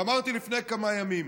ואמרתי לפני כמה ימים